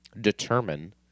determine